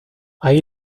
ahí